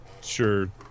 sure